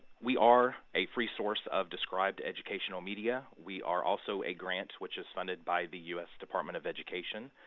we are a free source of described educational media. we are also a grant which is funded by the u s. department of education.